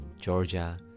Georgia